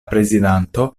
prezidanto